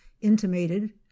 intimated